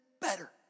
better